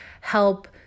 help